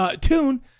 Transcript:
tune